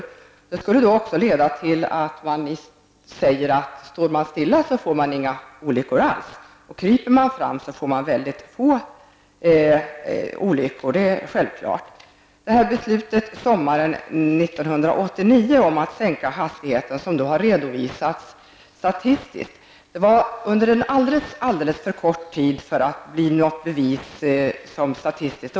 Det resonemanget skulle i så fall leda till att inga olyckor alls inträffade om man stod stilla, och om man kryper fram inträffar väldigt få olyckor. Självfallet är det så. Det beslut som fattades sommaren 1989 om att sänka hastigheten har redovisats statistiskt. Konsekvenserna av beslutet har studerats under en alldeles för kort tidsperiod för att dessa skall tjäna som bevis statistiskt sett.